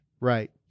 Right